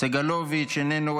סגלוביץ' איננו,